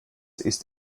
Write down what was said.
ist